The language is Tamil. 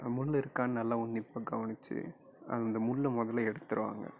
முள் இருக்கான்னு நல்லா உன்னிப்பாக கவனித்து அந்த முள்ளை மொதலில் எடுத்துடுவாங்க